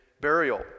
burial